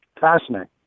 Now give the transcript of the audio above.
fascinating